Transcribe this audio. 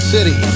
City